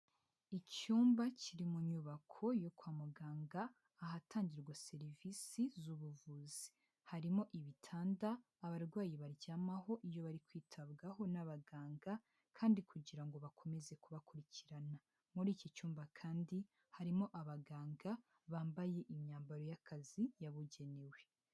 Icyumba kiri mu nyubako yo kwa muganga ahatangirwa serivisi z'ubuvuzi, harimo ibitanda abarwayi baryamaho iyo bari kwitabwaho n'abaganga kandi kugira ngo bakomeze kubakurikirana, muri iki cyumba kandi harimo abaganga bambaye imyambaro y'akazi yabugenewe.